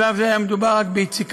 בשלב הזה היה מדובר רק ביציקת